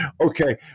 Okay